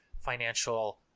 financial